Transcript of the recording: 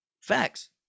Facts